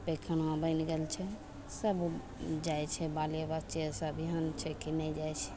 पैखाना बनि गेल छै सब जाइ छै बाले बच्चे सब एहन छै कि नहि जाइ छै